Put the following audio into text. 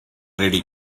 ready